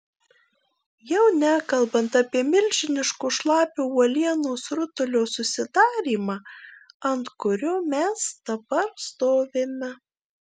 jau nekalbant apie milžiniško šlapio uolienos rutulio susidarymą ant kurio mes dabar stovime